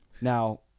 Now